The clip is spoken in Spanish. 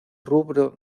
rubro